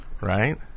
Right